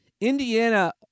Indiana